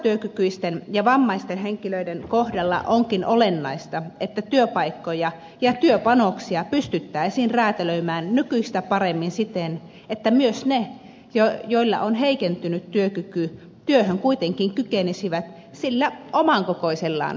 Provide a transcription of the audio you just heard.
osatyökykyisten ja vammaisten henkilöiden kohdalla onkin olennaista että työpaikkoja ja työpanoksia pystyttäisiin räätälöimään nykyistä paremmin siten että myös ne joilla on heikentynyt työkyky työhön kuitenkin kykenisivät sillä oman kokoisellaan panoksella